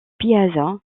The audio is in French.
piazza